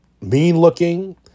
mean-looking